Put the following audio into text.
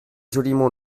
joliment